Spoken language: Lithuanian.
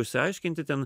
išsiaiškinti ten